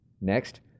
Next